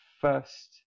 first